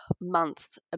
months